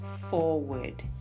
forward